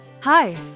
Hi